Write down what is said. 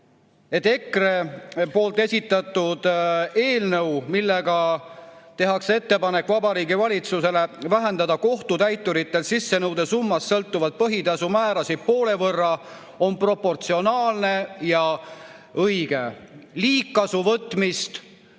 et EKRE esitatud eelnõu, millega tehakse ettepanek Vabariigi Valitsusele vähendada kohtutäituritel sissenõude summast sõltuvaid põhitasu määrasid poole võrra, on proportsionaalne ja õige. Liigkasuvõtmist